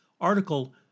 article